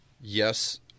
yes